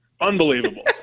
Unbelievable